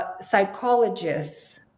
psychologists